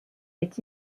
est